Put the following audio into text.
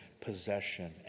possession